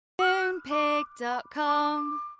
Moonpig.com